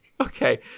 Okay